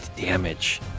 damage